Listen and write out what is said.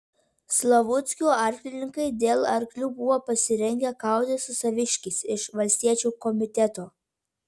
slavuckių arklininkai dėl arklių buvo pasirengę kautis su saviškiais iš valstiečių komiteto